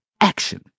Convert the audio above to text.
action